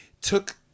took